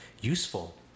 useful